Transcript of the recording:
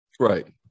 Right